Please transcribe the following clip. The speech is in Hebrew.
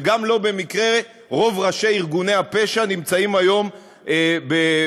וגם לא במקרה רוב ראשי ארגוני הפשע נמצאים היום בבתי-סוהר.